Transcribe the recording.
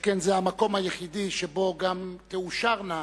שכן זה המקום היחידי שבו גם יאושרו